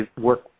work